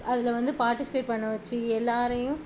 அதில் வந்து பார்ட்டிஸ்பேட் பண்ண வச்சு எல்லோரையும்